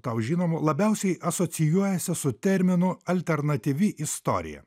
tau žinomų labiausiai asocijuojasi su terminu alternatyvi istorija